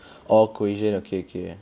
oh cohesion okay okay